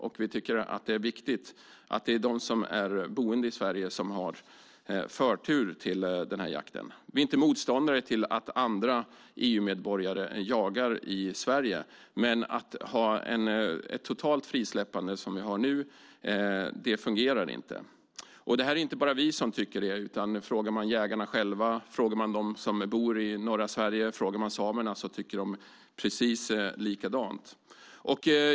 Och vi tycker att det är viktigt att det är de som är boende i Sverige som har förtur till småviltsjakten. Vi är inte motståndare till att andra EU-medborgare jagar i Sverige, men ett totalt frisläppande, som vi har nu, fungerar inte. Och det är inte bara vi som tycker det, utan när man frågar jägarna själva, de som bor i norra Sverige och samerna tycker de precis likadant.